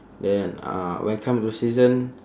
then uh when come to season